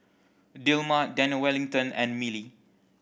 Dilmah Daniel Wellington and Mili